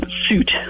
suit